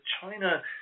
China